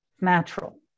natural